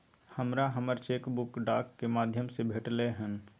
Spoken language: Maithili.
हमरा हमर चेक बुक डाक के माध्यम से भेटलय हन